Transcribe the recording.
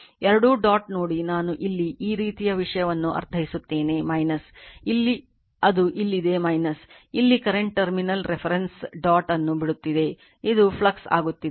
ಎರಡೂ ಡಾಟ್ ನೋಡಿ ನಾನು ಇಲ್ಲಿ ಈ ರೀತಿಯ ವಿಷಯವನ್ನು ಅರ್ಥೈಸುತ್ತೇನೆ ಇಲ್ಲಿ ಅದು ಇಲ್ಲಿದೆ ಇಲ್ಲಿ ಕರೆಂಟ್ ಟರ್ಮಿನಲ್ ರೆಫರೆನ್ಸ್ ಡಾಟ್ ಅನ್ನು ಬಿಡುತ್ತಿದೆ ಇದು ಫ್ಲಕ್ಸ್ ಆಗುತ್ತಿದೆ